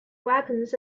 weapons